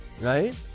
right